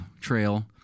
trail